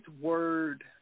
word